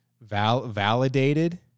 validated